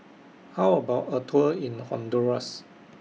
How about A Tour in Honduras